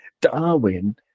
Darwin